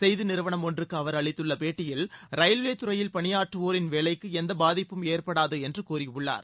செய்தி நிறுவனம் ஒன்றுக்கு அவர் அளித்துள்ள பேட்டியில் ரயில்வே துறையில் பணியாற்றுவோரின் வேலைக்கு எந்த பாதிப்பும் ஏற்படாது என்று கூறியுள்ளார்